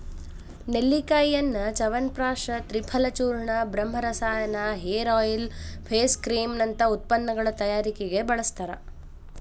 ನೆಲ್ಲಿಕಾಯಿಯನ್ನ ಚ್ಯವನಪ್ರಾಶ ತ್ರಿಫಲಚೂರ್ಣ, ಬ್ರಹ್ಮರಸಾಯನ, hair oil, face cream ನಂತ ಉತ್ಪನ್ನಗಳ ತಯಾರಿಕೆಗೆ ಬಳಸ್ತಾರ